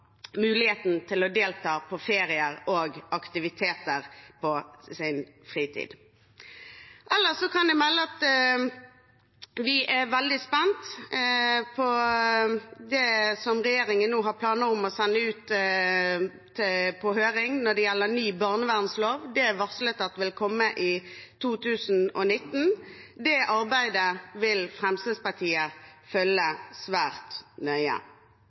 muligheten til å delta på ferier og aktiviteter i fritiden sin. Ellers kan jeg melde om at vi er veldig spente på det som regjeringen nå har planer om å sende ut på høring når det gjelder ny barnevernslov. Det er varslet å komme i 2019. Det arbeidet vil Fremskrittspartiet følge svært nøye.